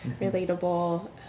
relatable